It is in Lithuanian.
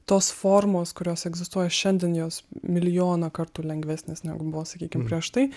tos formos kurios egzistuoja šiandien jos milijoną kartų lengvesnės negu buvo sakykim prieš tai